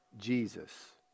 Jesus